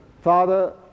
Father